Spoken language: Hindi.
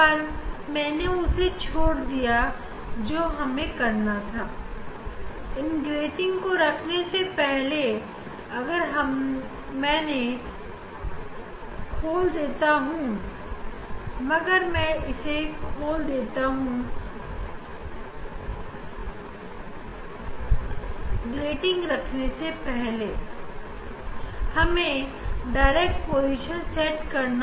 अब हम इस पर ग्रेटिंग को रखेंगे लेकिन ऐसा करने से पहले हमें डायरेक्ट रीडिंग को लेना होगा